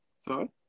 Sorry